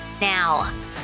now